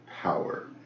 power